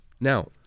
Now